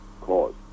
cause